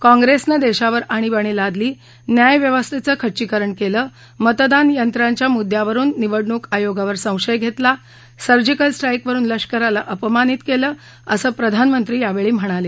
काँग्रेसनं देशावर आणीबाणी लादली न्याय व्यस्थेचं खच्चीकरण केलं मतदान यंत्रांच्या मुद्यांवरुन निवडणूक आयोगावर संशय घेतला सर्जिकल स्ट्रायिक वरुन लष्काराला अपमानित केलं असं प्रधानमंत्री यावेळी म्हणाले